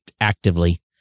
actively